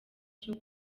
cyo